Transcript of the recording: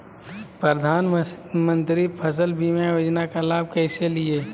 प्रधानमंत्री फसल बीमा योजना का लाभ कैसे लिये?